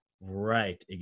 Right